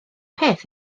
peth